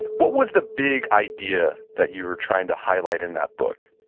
what was the big idea that you were trying to highlight in that book?